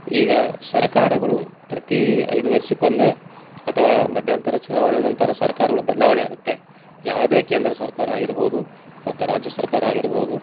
ಈಗ ಸರಕಾರಗಳು ಪ್ರತಿ ಐದು ವರ್ಷಕ್ಕೊಮ್ಮೆ ಅಥವಾ ಮಧ್ಯಂತರ ಚುನಾವಣೆ ನಂತರ ಸರ್ಕಾರಗಳು ಬದಲಾವಣೆ ಆಗುತ್ತೆ ಯಾವುದೇ ಕೇಂದ್ರ ಸರ್ಕಾರ ಆಗಿರ್ಬೋದು ಮತ್ತು ರಾಜ್ಯ ಸರ್ಕಾರ ಆಗಿರ್ಬೋದು